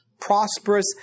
prosperous